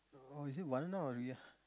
oh is it Warna or Ria